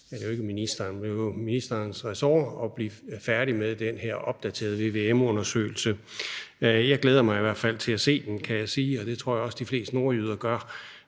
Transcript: rettere medarbejdere under ministerens ressort – for nu at være blevet færdig med den her opdaterede vvm-undersøgelse. Jeg glæder mig i hvert fald til at se den, kan jeg sige, og det tror jeg også de fleste nordjyder gør.